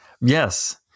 yes